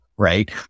right